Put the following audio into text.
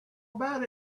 about